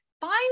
find